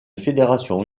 fédération